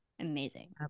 amazing